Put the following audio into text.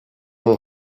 mon